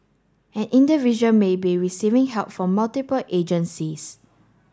an individual may be receiving help from multiple agencies